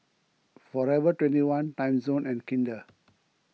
forever twenty one Timezone and Kinder